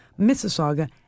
Mississauga